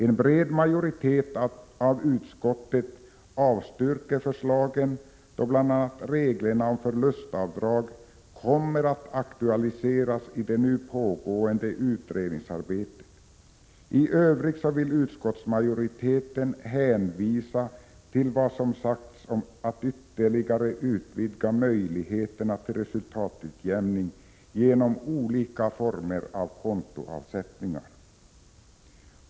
En bred majoritet av utskottet avstyrker förslagen, då bl.a. reglerna om förlustavdrag kommer att aktualiseras i det nu pågående utredningsarbetet. I övrigt vill utskottsmajoriteten hänvisa till vad som sagts om att ytterligare utvidga möjligheterna till resultatutjämning genom olika former av kontoavsättningar.